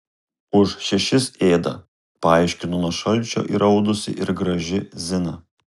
už šešis ėda paaiškino nuo šalčio įraudusi ir graži zina